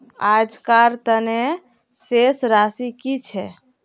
आजकार तने शेष राशि कि छे?